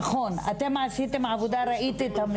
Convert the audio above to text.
נכון, אתם עשיתם עבודה, ראיתי את המסמך.